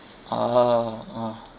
ah ah